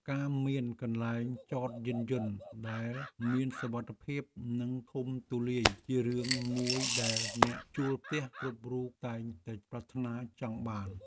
ការមានកន្លែងចតយានយន្តដែលមានសុវត្ថិភាពនិងធំទូលាយជារឿងមួយដែលអ្នកជួលផ្ទះគ្រប់រូបតែងតែប្រាថ្នាចង់បាន។